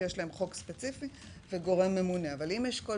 כי יש להם חוק ספציפי וגורם ממונה.